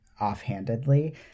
offhandedly